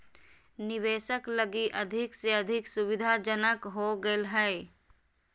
निवेशक लगी अधिक से अधिक सुविधाजनक हो गेल हइ